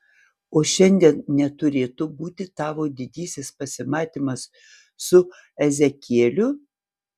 o šiandien neturėtų būti tavo didysis pasimatymas su ezekieliu